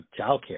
childcare